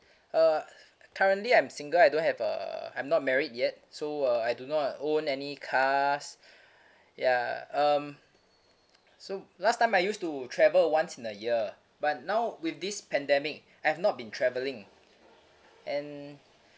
uh currently I'm single I don't have uh I'm not married yet so uh I do not own any cars ya um so last time I used to travel once in a year but now with this pandemic I've not been travelling and